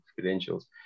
credentials